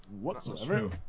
whatsoever